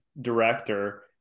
director